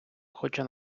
хоча